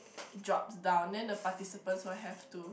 drops down then the participants will have to